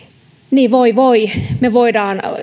niin voi voi me voimme